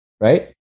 right